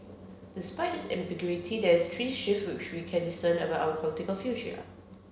despite this ambiguity there are three shifts which we can discern about our political future